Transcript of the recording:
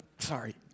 Sorry